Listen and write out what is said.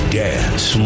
dance